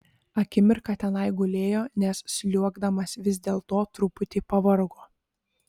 akimirką tenai gulėjo nes sliuogdamas vis dėlto truputį pavargo